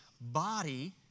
body